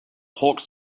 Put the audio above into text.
hawks